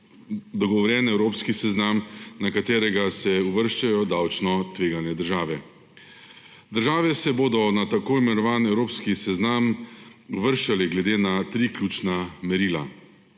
dogovorjen evropski seznam, na katerega se uvrščajo davčno tvegane države. Države se bodo na tako imenovani evropski seznam uvrščale glede na tri ključna merila: